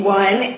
one